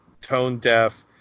tone-deaf